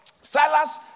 Silas